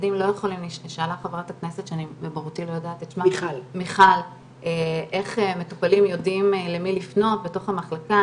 שאלה חברת הכנסת מיכל איך מטופלים יודעים למי לפנות בתוך המחלקה,